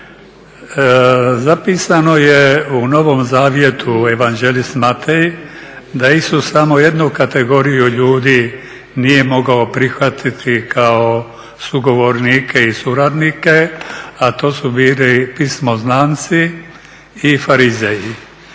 Zapisano je u Novom zavjetu, Evanđelist Matej "Da Isus samo jednu kategoriju ljudi nije mogao prihvatiti kao sugovornike i suradnike, a to su bili pismoznanci i farizej."